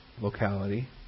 locality